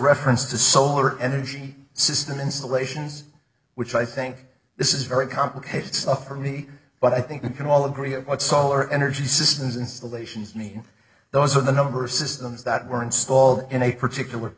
reference to solar energy system installations which i think this is very complicated stuff for me but i think we can all agree about solar energy systems installations me those are the number systems that were installed in a particular